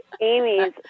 Amy's